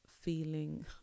feeling